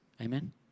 Amen